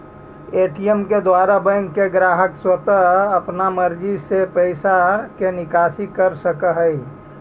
ATM के द्वारा bank के ग्राहक स्वता अपन मर्जी से पैइसा के निकासी कर सकऽ हइ